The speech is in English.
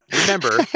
remember